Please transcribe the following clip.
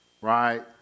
right